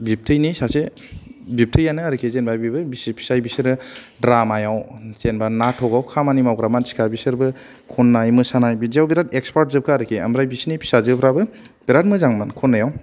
बिबथैनि सासे बिबथैयानो आरखि जेनावबा बिबो बिसि फिसाय बिसोरो द्रामायाव जेनावबा नाथ'गाव खामानि मावग्रा मानसिफोरखा बिसोरबो खननाय मोसानाय बिदियाव बेराद एक्सपार्ट जोबखा आरखि आमफ्राय बिसिनि फिसाजोफ्राबो बेराद मोजां खननायाव